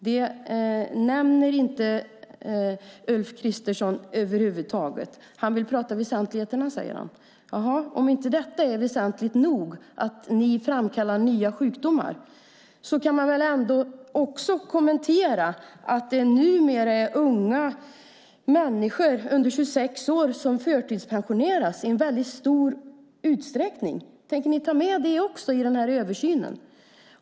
Det nämner inte Ulf Kristersson över huvud taget. Han säger att han vill tala om väsentligheterna. Om inte detta är väsentligt nog, att ni framkallar nya sjukdomar, kan han väl ändå kommentera att det numera är unga människor, under 26 år, som förtidspensioneras i stor utsträckning. Tänker ni ta med detta också i denna översyn?